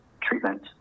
treatment